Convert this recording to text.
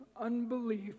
unbelief